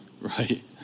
right